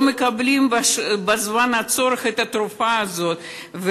לא מקבלים בזמן הצורך את התרופה הזאת,